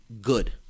good